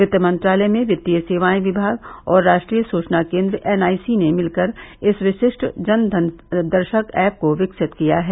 वित्तमंत्रालय में वित्तीय सेवाएं विभाग और राष्ट्रीय सूचना केन्द्र एनआईसी ने मिलकर इस विशिष्ट जन धन दर्शक एप को विकसित किया है